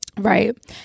Right